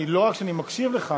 לא רק שאני מקשיב לך,